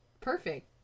perfect